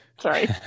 Sorry